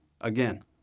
Again